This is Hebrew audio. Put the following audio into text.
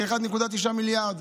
1.9 מיליארד.